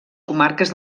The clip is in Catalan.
comarques